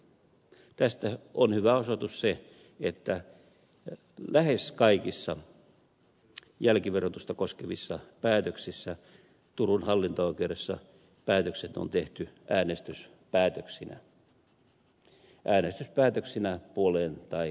tästä on hyvä osoitus se että lähes kaikissa jälkiverotusta koskevissa päätöksissä turun hallinto oikeudessa päätökset on tehty äänestyspäätöksinä äänestyspäätöksinä puoleen tai toiseen